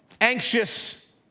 anxious